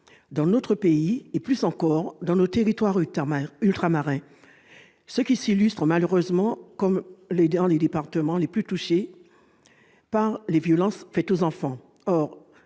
dans notre pays et, plus encore, dans nos territoires ultramarins, qui s'illustrent malheureusement comme les départements les plus touchés par les violences faites aux enfants.